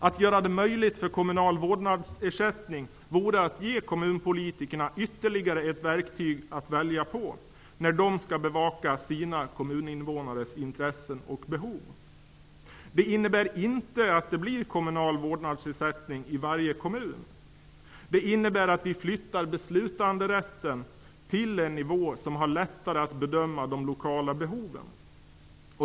Att göra det möjligt för kommunal vårdnadsersättning vore att ge kommunpolitikerna ytterligare ett verktyg att välja på när de skall bevaka sina kommuninnevånares intressen och behov. Det innebär inte att det blir kommunal vårdnadsersättning i varje kommun. Det innebär att vi flyttar beslutanderätten till en nivå som har lättare att bedöma de lokala behoven.